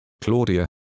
Claudia